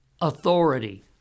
authority